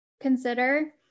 consider